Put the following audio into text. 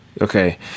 okay